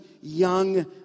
young